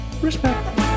Respect